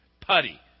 putty